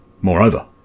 Moreover